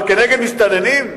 אבל כנגד מסתננים?